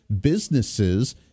businesses